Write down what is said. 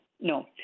no